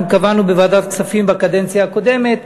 קבענו בוועדת הכספים בקדנציה הקודמת,